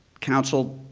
council,